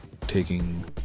taking